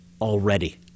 already